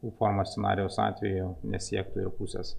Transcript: u formos scenarijaus atveju nesiektų ir pusės